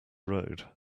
road